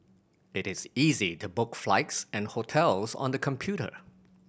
it is easy to book flights and hotels on the computer